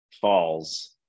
Falls